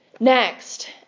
Next